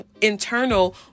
internal